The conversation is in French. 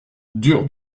dur